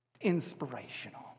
inspirational